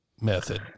method